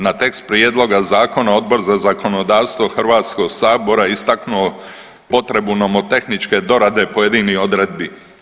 Na tekst prijedloga zakona Odbor za zakonodavstvo Hrvatskog sabora istaknuo potrebu nomotehničke dorade pojedinih odredbi.